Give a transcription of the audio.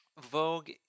Vogue